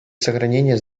сохранения